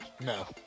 No